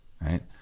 right